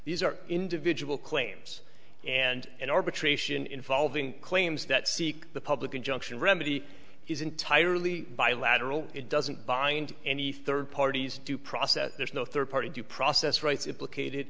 these are individual claims and in arbitration involving claims that seek the public injunction remedy is entirely bilateral it doesn't bind any third parties due process there's no third party due process rights implicated